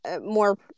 more